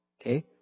Okay